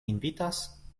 invitas